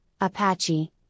Apache